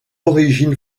origine